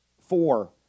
four